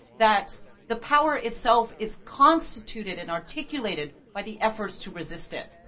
that the power itself is constituted and articulated by the efforts to resist it.